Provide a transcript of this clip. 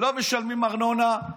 לא משלמים ארנונה,